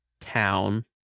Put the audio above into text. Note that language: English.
town